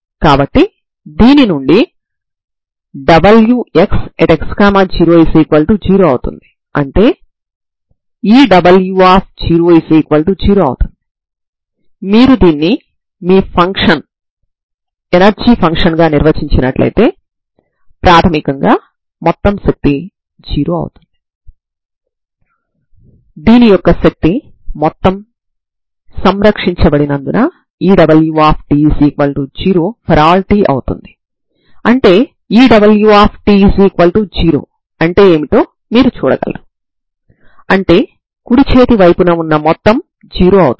కాబట్టి ఇప్పుడు మీరు a 0 మరియు b L ను తీసుకున్నట్లయితే ఈ స్ట్రింగ్ యొక్క పరిష్కారం uxtn1Ancos nπcL tBnsin nπcL t nπL అవుతుంది